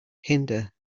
hinder